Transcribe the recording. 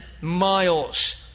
miles